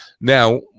Now